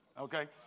Okay